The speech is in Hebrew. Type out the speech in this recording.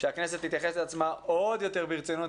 שהכנסת תתייחס לעצמה עוד יותר ברצינות,